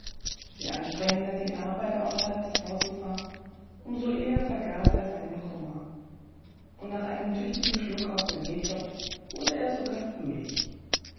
je anstrengender die arbeit außerhalb des hauses war um so eher vergaß er seinen kummer und nach einem tüchtigen schluck aus dem met topf wurde er sogar fröhlich